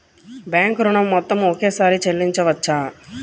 Bank ఋణం మొత్తము ఒకేసారి చెల్లించవచ్చా?